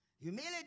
Humility